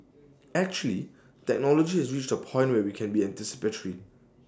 actually technology has reached A point where we can be anticipatory